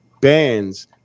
bands